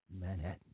Manhattan